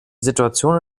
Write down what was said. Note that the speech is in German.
situation